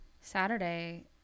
Saturday